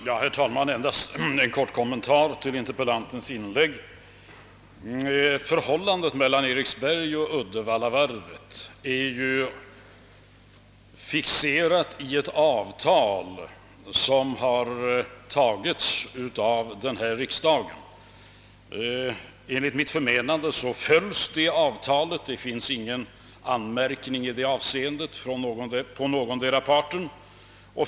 Herr talman! Endast en kort kommentar till interpellantens inlägg. Förhållandet mellan Eriksbergs varv och Uddevallavarvet är fixerat i ett avtal, som har godkänts av riksdagen. Enligt mitt förmenande följs det avtalet. Det finns ingen anmärkning i det avseendet mot någondera parten.